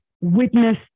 witness